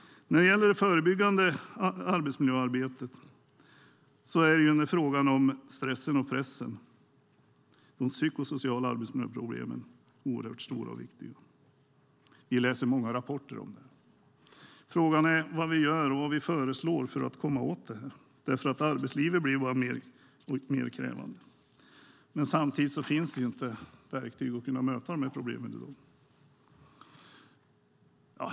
Sedan har vi det förebyggande arbetsmiljöarbetet. Där finns frågan om stressen och pressen. De psykosociala arbetsmiljöproblemen är stora och viktiga. Det finns många rapporter. Vad gör vi för att komma åt problemen? Arbetslivet blir bara mer och mer krävande, men samtidigt finns inte verktyg att möta problemen i dag.